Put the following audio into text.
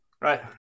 Right